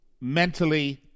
mentally